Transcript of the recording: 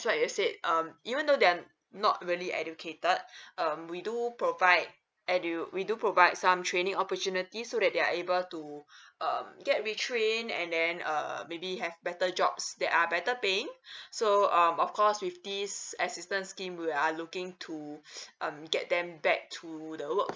what you said um even though they are not really educated um we do provide edu~ we do provide some training opportunity so that they are able to um get retrained and then uh maybe have better jobs they are better paying so um of course with these assistance scheme we are looking to um get them back to the work